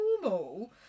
normal